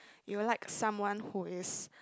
you will like someone who is